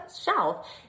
shelf